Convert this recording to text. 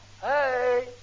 Hey